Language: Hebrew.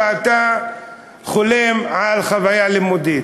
ואתה חולם על חוויה לימודית.